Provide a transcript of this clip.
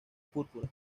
púrpura